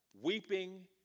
Weeping